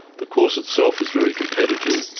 the course itself is very competitive.